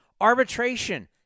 Arbitration